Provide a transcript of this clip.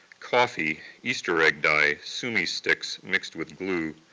coffee, easter egg dye, sumi sticks mixed with glue,